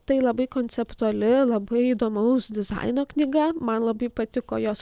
tai labai konceptuali labai įdomaus dizaino knyga man labai patiko jos